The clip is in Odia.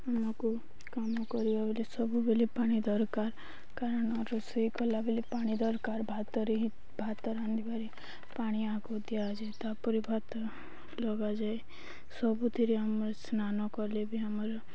ଆମକୁ କାମ କରିବା ବେଳେ ସବୁବେଳେ ପାଣି ଦରକାର କାରଣ ରୋଷେଇ କଲା ବେଳେ ପାଣି ଦରକାର ଭାତରେ ଭାତ ରାନ୍ଧିବାର ପାଣି ଏହାକୁ ଦିଆଯାଏ ତା'ପରେ ଭାତ ଲଗାଯାଏ ସବୁଥିରେ ଆମର ସ୍ନାନ କଲେ ବି ଆମର